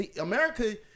America